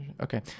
Okay